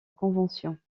convention